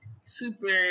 super